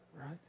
right